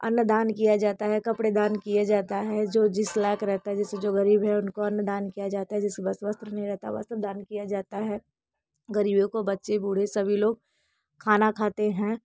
अन्न दान किया जाता है कपड़े दान किए जाता है जो जिस लायक रहता है जैसे जो गरीब है उनको अन्न दान किया जाता है जिस के पास वस्त्र वस्त्र नहीं रहता वस्त्र दान किया जाता है गरीबों को बच्चे बूढ़े सभी लोग खाना खाते हैं